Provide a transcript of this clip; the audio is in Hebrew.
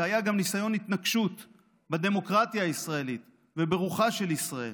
שהיה גם ניסיון התנקשות בדמוקרטיה הישראלית וברוחה של ישראל.